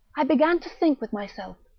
i began to think with myself,